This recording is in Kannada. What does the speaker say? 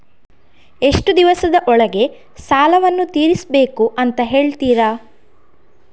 ಎಷ್ಟು ದಿವಸದ ಒಳಗೆ ಸಾಲವನ್ನು ತೀರಿಸ್ಬೇಕು ಅಂತ ಹೇಳ್ತಿರಾ?